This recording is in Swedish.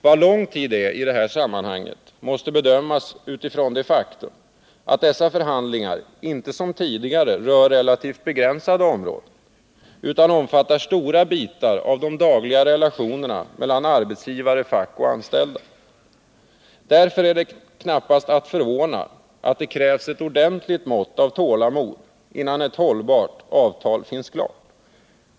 Vad ”lång tid” är i detta sammanhang måste bedömas utifrån det faktum att dessa förhandlingar inte som tidigare rör relativt begränsade områden utan omfattar stora bitar av de dagliga relationerna mellan arbetsgivare, fack och anställda. Därför förvånar det knappast att det krävs ett ordentligt mått av tålamod innan ett hållbart avtal finns klart.